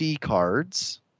cards